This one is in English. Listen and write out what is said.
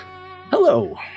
Hello